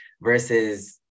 versus